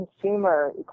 consumer